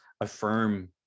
affirm